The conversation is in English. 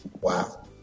Wow